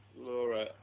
Laura